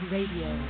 Radio